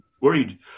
worried